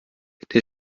der